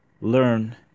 learn